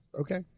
Okay